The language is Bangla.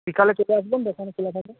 বিকেলে চলে আসবেন দোকান খোলা থাকে